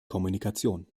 kommunikation